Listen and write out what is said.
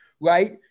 right